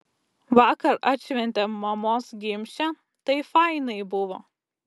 vakar atšventėm mamos gimšę tai fainai buvo